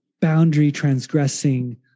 boundary-transgressing